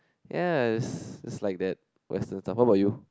ya is is like that western stuff what about you